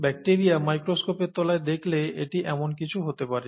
bacteria মাইক্রোস্কোপের তলায় দেখলে এটি এমন কিছু হতে পারে